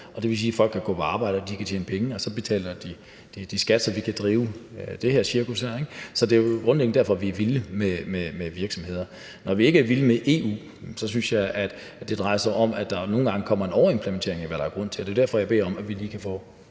det vil sige, at folk kan gå på arbejde, og de kan tjene penge, og så betaler de skat, så vi kan drive det cirkus her. Så det er grundlæggende derfor, vi er vilde med virksomheder. Når vi ikke er vilde med EU, drejer det sig om, at der nogle gange kommer en overimplementering, i forhold til hvad der er grund til, og det er jo derfor, jeg beder om, at vi lige kan få